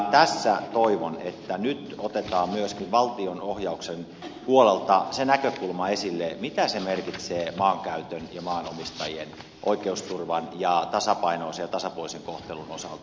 tässä toivon että nyt otetaan myöskin valtionohjauksen puolelta se näkökulma esille mitä se merkitsee maankäytön ja maanomistajien oikeusturvan ja tasapainoisen ja tasapuolisen kohtelun osalta